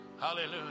Hallelujah